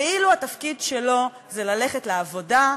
כאילו התפקיד שלו זה ללכת לעבודה,